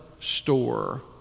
store